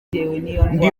ndi